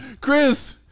Chris